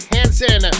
Hansen